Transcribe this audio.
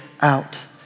out